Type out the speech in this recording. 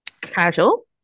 Casual